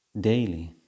daily